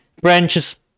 branches